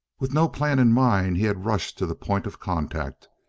with no plan in mind, he had rushed to the point of contact,